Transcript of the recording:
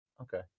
okay